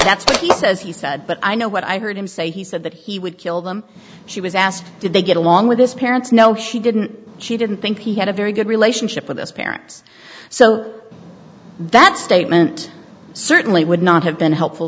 that's what he says he said but i know what i heard him say he said that he would kill them she was asked did they get along with his parents no she didn't she didn't think he had a very good relationship with those parents so that statement certainly would not have been helpful